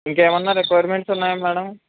ఇంకేమన్నా రిక్విర్మెంట్స్ ఉన్నాయా మ్యాడం